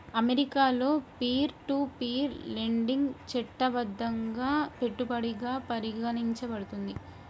అమెరికాలో peer to peer lending చట్టబద్ధంగా పెట్టుబడిగా పరిగణించబడుతుంది